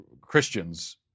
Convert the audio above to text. Christians